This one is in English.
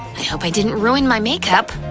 i hope i didn't ruin my makeup.